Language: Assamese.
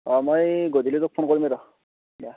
অঁ মই গধূলিকৈ ফোন কৰিমেই ৰহ দা